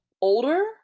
older